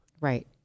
Right